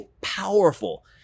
powerful